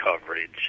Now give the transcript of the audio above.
coverage